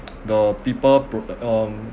the people pro~ uh um